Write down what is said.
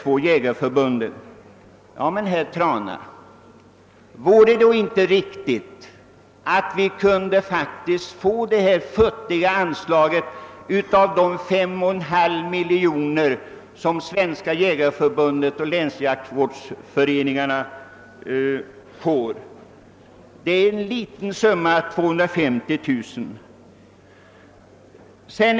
Vore det då inte riktigt att vi fick detta futtiga anslag av de 51/3 miljon kronor som Svenska jägareförbundet och länsjaktvårdsföreningarna fått sig tilldelade? Det gäller ju dock en ringa summa, 225 000 kronor.